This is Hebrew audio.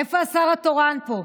איפה השר התורן פה?